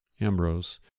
Ambrose